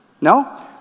No